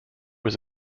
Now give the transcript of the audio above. was